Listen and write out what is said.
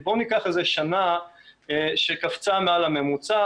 בואו ניקח איזה שנה שקפצה מעל הממוצע.